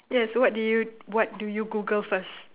yes what do you what do you google first